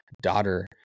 daughter